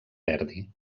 verdi